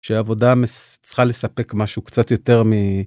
שעבודה צריכה לספק משהו קצת יותר מ.